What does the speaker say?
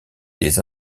des